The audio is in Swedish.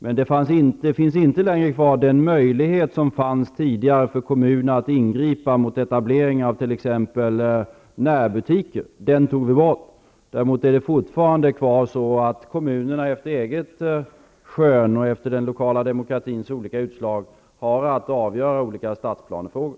Men den möjlighet som tidigare fanns för kommuner att ingripa mot etableringar av t.ex. närbutiker finns inte längre kvar. Däremot kan kommunerna efter eget skön, och efter den lokala demokratins olika utslag, avgöra olika stadsplanefrågor.